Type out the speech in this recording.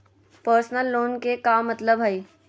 Personal loan के का मतलब हई?